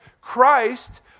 Christ